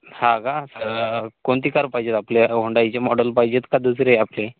हा का कोणती कार पाहिजे आपल्या हुंडाईचे मॉडेल पाहिजेत का दुसरी आपली